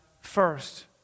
first